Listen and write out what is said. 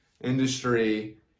industry